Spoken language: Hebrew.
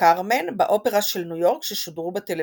וכרמן באופרה של ניו יורק ששודרו בטלוויזיה.